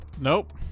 nope